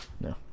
No